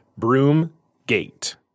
Broomgate